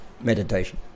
meditation